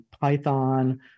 Python